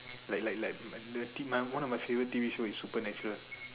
like like like the one of my favourite T_V show is supernatural